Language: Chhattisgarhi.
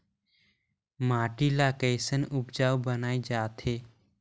माटी ला कैसन उपजाऊ बनाय जाथे?